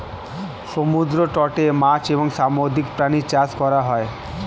সমুদ্র তটে মাছ এবং সামুদ্রিক প্রাণী চাষ করা হয়